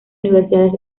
universidad